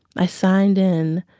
i signed in,